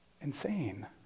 insane